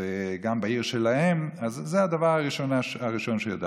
גם בעיר שלהם, אז זה הדבר הראשון שהוא ידע.